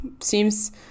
seems